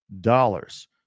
dollars